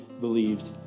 believed